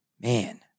man